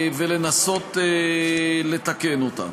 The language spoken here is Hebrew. ולנסות לתקן אותה.